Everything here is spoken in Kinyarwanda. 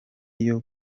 iyo